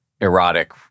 erotic